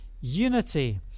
unity